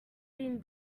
been